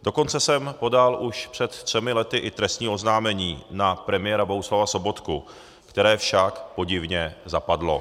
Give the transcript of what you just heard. Dokonce jsem podal už před třemi lety i trestní oznámení na premiéra Bohuslava Sobotku, které však podivně zapadlo.